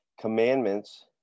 commandments